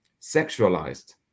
sexualized